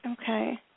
Okay